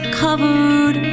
covered